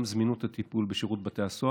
גם זמינות הטיפול בשירות בתי הסוהר,